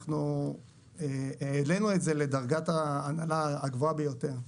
אנחנו העלינו את זה לדרגת ההנהלה הגבוהה ביותר.